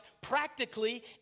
practically